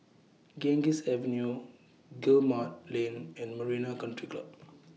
Ganges Avenue Guillemard Lane and Marina Country Club